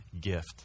gift